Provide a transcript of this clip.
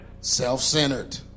Self-centered